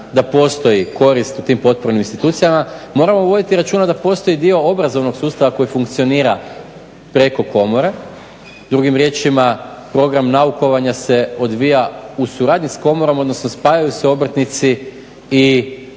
da postoji korist u tim potpornim institucijama, moramo voditi računa da postoji dio obrazovnog sustava koji funkcionira preko komore. Drugim riječima, program naukovanja se odvija u suradnji s komorom, odnosno spajaju se obrtnici i